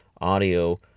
audio